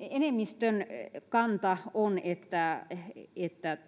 enemmistön kanta on että että